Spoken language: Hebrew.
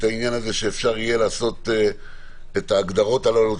העניין הזה שאפשר יהיה לעשות את ההגדרות הללו,